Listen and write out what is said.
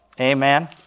Amen